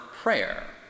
prayer